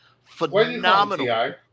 Phenomenal